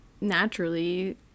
naturally